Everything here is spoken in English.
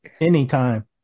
Anytime